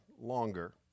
longer